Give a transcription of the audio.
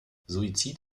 suizid